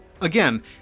Again